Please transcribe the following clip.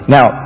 Now